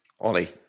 Ollie